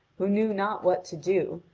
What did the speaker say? who knew not what to do,